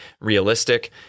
realistic